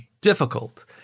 difficult